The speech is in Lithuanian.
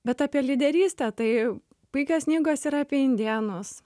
bet apie lyderystę tai puikios knygos yra apie indėnus